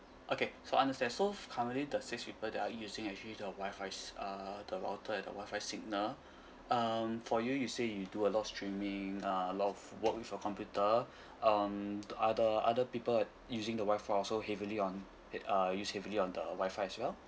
okay so understand so currently the six people that are using actually the Wi-Fi uh the router and the Wi-Fi signal um for you you say you do a lot of streaming uh a lot of work with your computer um are the other people using the Wi-Fi also heavily on that uh use heavily on the Wi-Fi as well